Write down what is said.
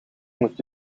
moet